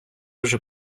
вже